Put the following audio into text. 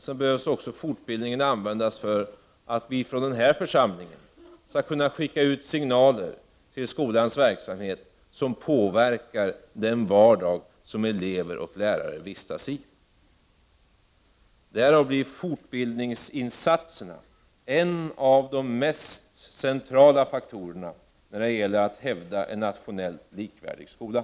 Vidare bör fortbildningen användas för att vi från denna församling skall kunna skicka ut signaler till skolans verksamhet som påverkar den vardag som elever och lärare vistas i. Därför är fortbildningsinsatserna en av de mest centrala faktorerna när det gäller att hävda en nationellt likvärdig skola.